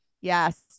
Yes